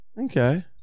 Okay